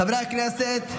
חברי הכנסת,